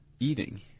eating